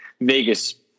Vegas